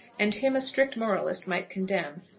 and him a strict moralist might condemn.